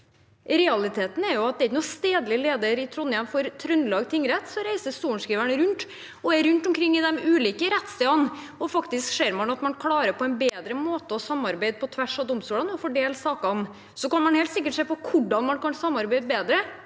Realiteten er at det ikke er noen stedlig leder i Trondheim. For Trøndelag tingrett reiser sorenskriveren rundt og er rundt omkring i de ulike rettsstedene, og man ser faktisk at man på en bedre måte klarer å samarbeide på tvers av domstolene og fordele sakene. Så kan man helt sikkert se på hvordan man kan samarbeide bedre,